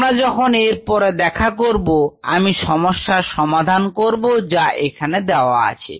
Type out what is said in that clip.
আমরা যখন এর পরে দেখা করব আমি সমস্যার সমাধান করব যা এখানে দেওয়া আছে